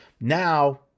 now